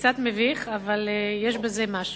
קצת מביך, אבל יש בזה משהו.